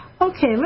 Okay